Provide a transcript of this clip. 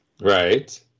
Right